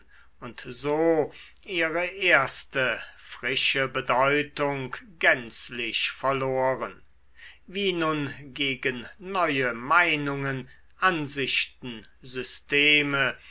und so ihre erste frische bedeutung gänzlich verloren wie nun gegen neue meinungen ansichten systeme